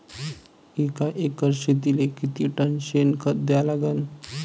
एका एकर शेतीले किती टन शेन खत द्या लागन?